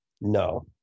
No